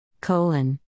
Colon